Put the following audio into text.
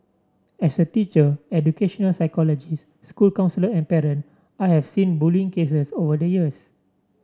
as a teacher educational psychologist school counsellor and parent I have seen bullying cases over the years